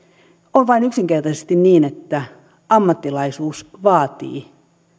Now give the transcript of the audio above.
on vain yksinkertaisesti niin että ammattilaisuus vaatii